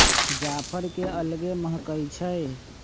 जाफर के अलगे महकइ छइ